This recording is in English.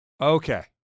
Okay